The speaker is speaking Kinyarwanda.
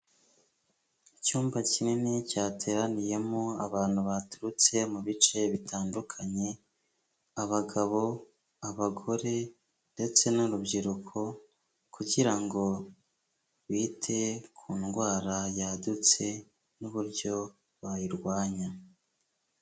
Icyumba kinini cyateraniyemo abantu baturutse mu bice bitandukanye, abagabo, abagore ndetse n'urubyiruko kugira ngo bite ku ndwara yadutse n'uburyo bayirwanya.